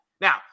Now